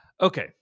Okay